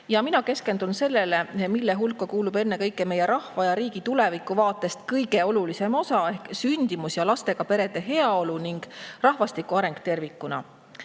Mina keskendun sellele, mille hulka kuulub ennekõike meie rahva ja riigi tuleviku vaatest kõige olulisem osa ehk sündimus ja lastega perede heaolu ning rahvastiku areng tervikuna. Kahjuks